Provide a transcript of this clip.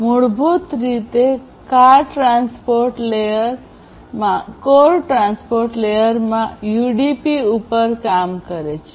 મૂળભૂત રીતે core transport layer માં યુડીપી ઉપર કામ કરે છે